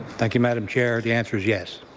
thank you madam chair, the answer is yes.